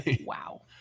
wow